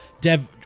dev